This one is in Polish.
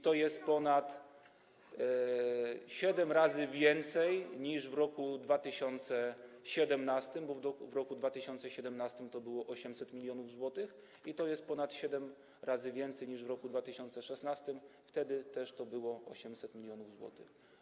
To jest ponad 7 razy więcej niż w roku 2017, bo w roku 2017 to było 800 mln zł, i to jest ponad 7 razy więcej niż w roku 2016, wtedy też to było 800 mln zł.